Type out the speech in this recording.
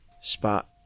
spot